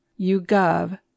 YouGov